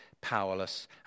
powerless